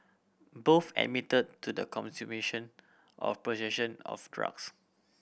both admitted to the consumption or possession of drugs